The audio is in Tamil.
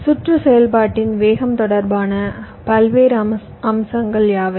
சுற்று செயல்பாட்டின் வேகம் தொடர்பான பல்வேறு அம்சங்கள் யாவை